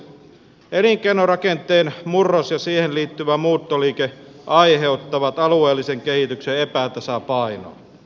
elinkeinorakenteen murros ja siihen liittyvä muuttoliike aiheuttavat alueellisen kehityksen epätasapainoa